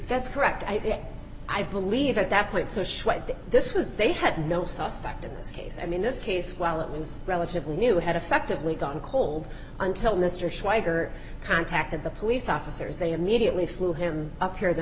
that's correct i did it i believe at that point so this was they had no suspect in this case i mean this case while it was relatively new had effectively gone cold until mr schweiger contacted the police officers they immediately flew him up here the